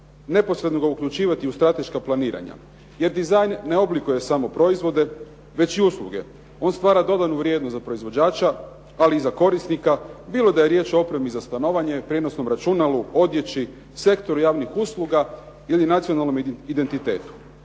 neposredno ga uključivati u strateška planiranja. Jer dizajn ne oblikuje samo proizvode već i usluge, on stvara dodanu vrijednost za proizvođača ali i za korisnika bilo da je riječ o opremi za stanovanje, prijenosnom računalu, odjeći, sektoru javnih usluga, ili nacionalnom identitetu.